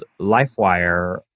LifeWire